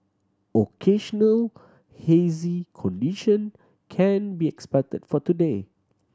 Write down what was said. occasional hazy condition can be expected for today